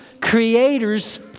creator's